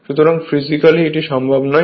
সুতরাং ফিজিক্যালি এটি সম্ভব নয়